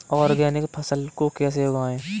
Organic फसल को कैसे उगाएँ?